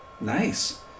nice